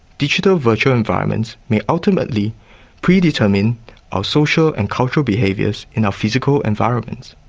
digital virtual environments may ultimately predetermine our social and cultural behaviours in our physical environments.